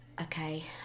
okay